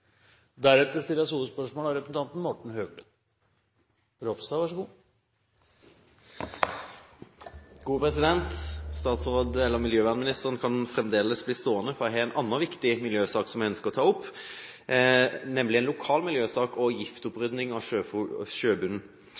Miljøvernministeren kan bli stående, for jeg har en annen viktig miljøsak som jeg ønsker å ta opp, nemlig en lokal miljøsak og giftopprydding av sjøbunnen.